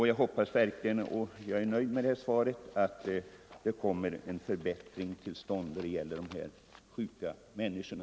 Jag är nöjd med det svar jag fått, och jag hoppas verkligen att det kommer en förbättring till stånd när det gäller de här sjuka människorna.